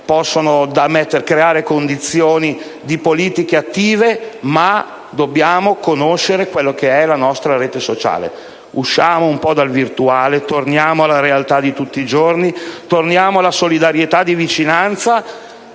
e creare le condizioni attraverso politiche attive, ma dobbiamo conoscere la nostra rete sociale. Usciamo un po' dal virtuale, torniamo alla realtà di tutti i giorni, torniamo alla solidarietà di vicinanza